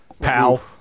pal